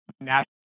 national